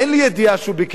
אין לי ידיעה שהוא ביקש,